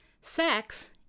Sex